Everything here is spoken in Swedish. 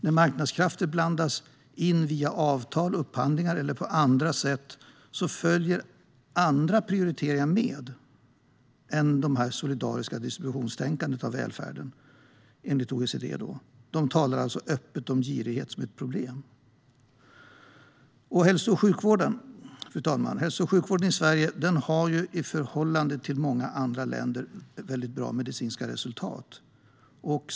När marknadskrafter blandas in via avtal, upphandlingar eller på andra sätt följer andra prioriteringar än det solidariska distributionstänkandet i fråga om välfärden med, enligt OECD. De talar alltså öppet om girighet som ett problem. Fru talman! Hälso och sjukvården i Sverige har i förhållande till hälso och sjukvården i många andra länder mycket bra medicinska resultat.